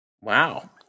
Wow